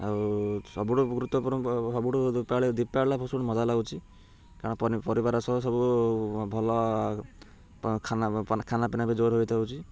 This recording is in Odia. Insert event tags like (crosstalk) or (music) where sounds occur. ଆଉ ସବୁଠୁ ଗୁରୁତ୍ୱପୂର୍ଣ ସବୁଠୁ ଦୀପାବଳି ଦୀପାବଳି (unintelligible) ମଜା ଲାଗୁଛି କାରଣ ପନି ପରିବାର ସହ ସବୁ ଭଲ ଖାନାପିନା ବି ଜୋର ହୋଇଥାଉଛି